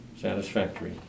satisfactory